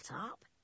up